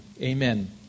Amen